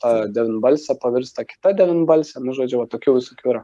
ta devynbalsė pavirsta kita devynbalsė nu žodžiu va tokių visokių yra